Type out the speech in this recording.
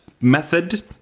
method